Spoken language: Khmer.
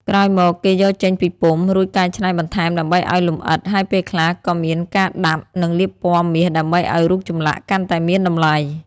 ក្រោយមក គេយកចេញពីពុម្ព រួចកែច្នៃបន្ថែមដើម្បីឱ្យលម្អិត ហើយពេលខ្លះក៏មានការដាប់ និងលាបពណ៌មាសដើម្បីឱ្យរូបចម្លាក់កាន់តែមានតម្លៃ។